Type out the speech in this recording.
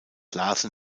larsen